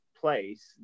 place